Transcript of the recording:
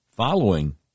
Following